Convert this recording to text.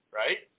right